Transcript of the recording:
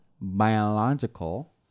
biological